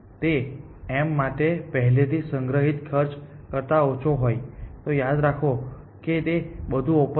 જો તે m માટે પહેલેથી સંગ્રહિત ખર્ચ કરતા ઓછો હોય તો યાદ રાખો કે તે બધું ઓપન છે